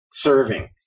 serving